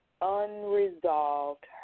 unresolved